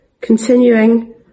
continuing